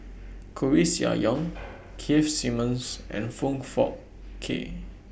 Koeh Sia Yong Keith Simmons and Foong Fook Kay